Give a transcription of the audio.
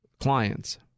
clients